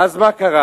ואז מה קרה?